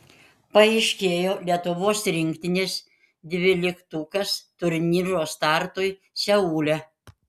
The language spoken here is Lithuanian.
paaiškėjo lietuvos rinktinės dvyliktukas turnyro startui seule